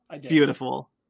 Beautiful